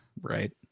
Right